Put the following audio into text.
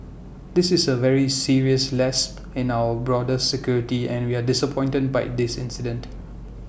this is A very serious lapse in our border security and we are disappointed by in this incident